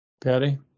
Patty